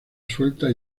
suelta